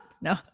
No